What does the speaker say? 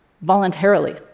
voluntarily